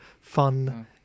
fun